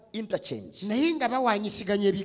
interchange